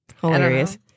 hilarious